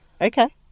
okay